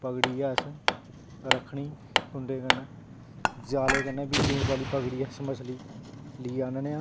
ते पकड़ियै रक्खनी असें कुंडै कन्नै जालै कन्नै बी केईं बारी पकड़ी असें मच्छली नेईं होऐ तां